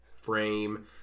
frame